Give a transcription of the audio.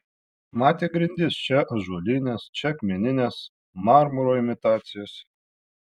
matė grindis čia ąžuolines čia akmenines marmuro imitacijos